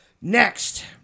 Next